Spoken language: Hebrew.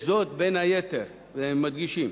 בין היתר, הם מדגישים,